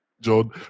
John